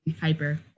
Hyper